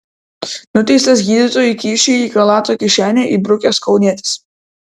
nuteistas gydytojui kyšį į chalato kišenę įbrukęs kaunietis